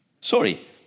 Sorry